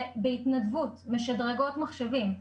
שבהתנדבות משדרגות מחשבים,